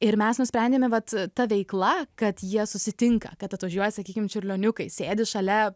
ir mes nusprendėme vat ta veikla kad jie susitinka kad atvažiuoja sakykim čiurlioniukai sėdi šalia